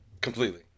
Completely